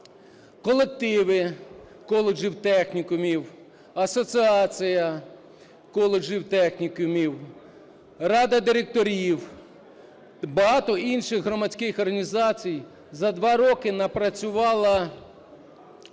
Колективи коледжів, технікумів, Асоціація коледжів, технікумів, ради директорів, багато інших громадських організацій за два роки напрацювали